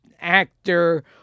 actor